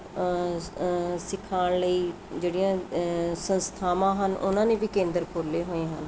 ਸਿਖਾਉਣ ਲਈ ਜਿਹੜੀਆਂ ਸੰਸਥਾਵਾਂ ਹਨ ਉਹਨਾਂ ਨੇ ਵੀ ਕੇਂਦਰ ਖੋਲੇ ਹੋਏ ਹਨ